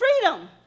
freedom